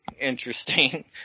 Interesting